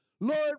Lord